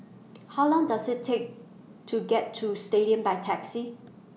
How Long Does IT Take to get to Stadium By Taxi